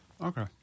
Okay